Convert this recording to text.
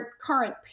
current